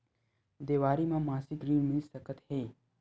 देवारी म मासिक ऋण मिल सकत हे?